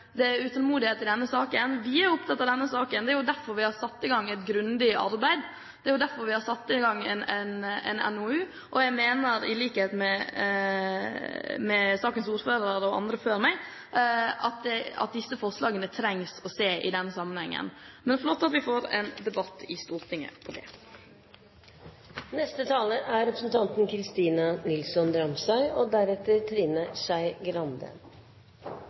det er utålmodighet i denne saken. Vi er opptatt av den. Det er jo derfor vi har satt i gang et grundig arbeid. Det er jo derfor vi har satt i gang arbeidet med en NOU, og jeg mener i likhet med sakens ordfører og andre før meg at disse forslagene trengs å ses på i denne sammenheng. Det er flott at vi får en debatt i Stortinget om det. I høringsuttalelsen fra Adopsjonsforum i forbindelse med NOU 2009:21 blir det sagt at debatten i Norge ofte er preget av krav og